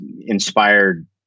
inspired